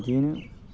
बिदियैनो